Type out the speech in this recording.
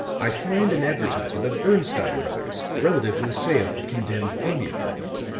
i find an advertisement of bernstine brothers relative to a sale of condemned army equipment.